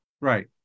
Right